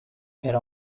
era